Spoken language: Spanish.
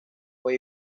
fue